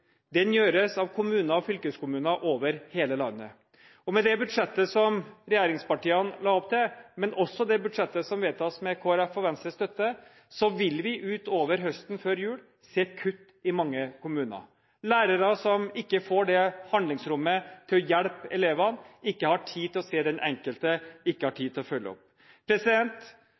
den aller viktigste skoleinnsatsen gjøres av kommuner og fylkeskommuner over hele landet. Med det budsjettet som regjeringspartiene la opp til, men også med det budsjettet som vedtas med Kristelig Folkepartis og Venstres støtte, vil vi utover høsten, før jul, se kutt i mange kommuner, lærere som ikke får det nødvendige handlingsrommet til å hjelpe elevene, som ikke har tid til å se den enkelte, som ikke har tid til å følge opp.